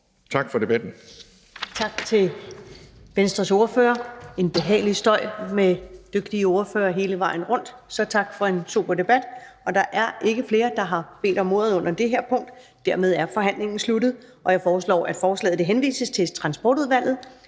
Tak for debatten.